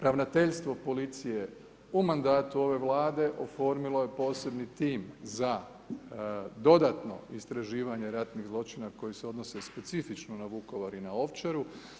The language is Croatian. Ravnateljstvo policije u mandatu ove Vlade oformilo je posebni tim za dodatno istraživanje ratnih zločina koji se odnose specifično na Vukovar i na Ovčaru.